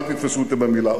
אל תתפסו אותי במלה.